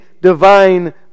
divine